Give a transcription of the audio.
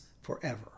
forever